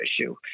issue